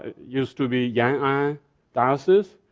used to be yan'an ah diocese,